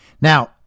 Now